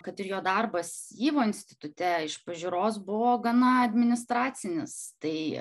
kad ir jo darbas yvo institute iš pažiūros buvo gana administracinis tai